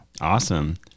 Awesome